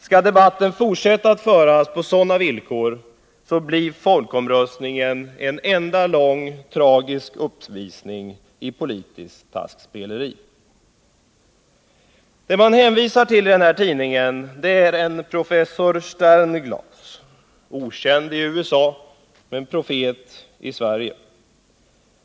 Skall debatten fortsätta att föras på sådant sätt, blir folkomröstningen en enda lång tragisk uppvisning i politiskt taskspeleri. Vad man hänvisar till i sin tidning är en professor Sternglass, okänd i USA men profet i Sverige.